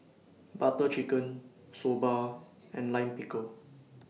Butter Chicken Soba and Lime Pickle